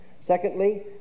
Secondly